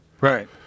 Right